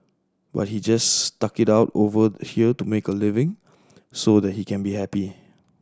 but he just stuck it out over here to make a living so that he can be happy